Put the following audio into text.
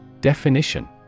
Definition